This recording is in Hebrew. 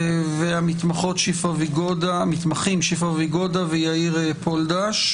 והמתמחים שפרה ויגודה ויאיר פולדש.